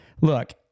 look